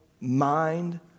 mind